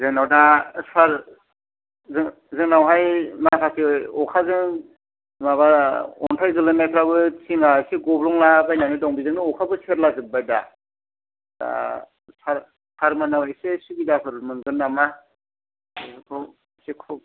जोंनाव दा सार जों जोंनावहाय माखासे अखाजों माबा अन्थाय गोलैनायफ्रावबो थिङा ऐसे गब्लंलाबायनानै दं बिदिनो अखाबो सेरलाजोबबाय दा दा सारमोननाव ऐसे सुबिदाफोर मोनगोन नामा